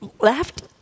left